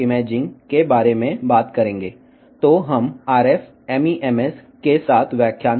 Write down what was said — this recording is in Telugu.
కాబట్టి ఉపన్యాసం RF MEMS తో ప్రారంభిద్దాం